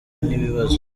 n’ibibazo